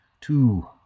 Two